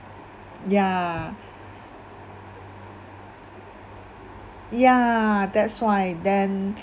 ya ya that's why then